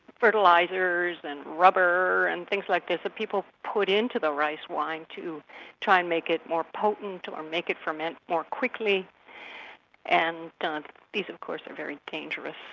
fertilisers and rubber and things like this that people put into the rice wine to try and make it more potent, or make it ferment more quickly and these of course are very dangerous.